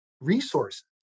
resources